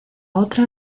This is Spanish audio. otra